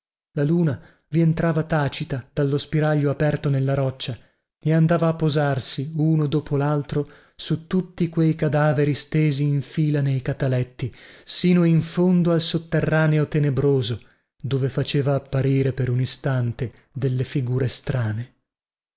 la luna vi entrava tacita dallo spiraglio aperto nella roccia e andava a posarsi uno dopo laltro su tutti quei cadaveri stesi in fila nei cataletti sino in fondo al sotterraneo tenebroso dove faceva apparire per un istante delle figure strane